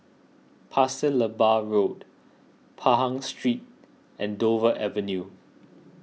Pasir Laba Road Pahang Street and Dover Avenue